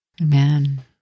Amen